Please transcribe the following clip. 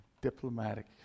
diplomatic